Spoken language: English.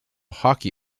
hockey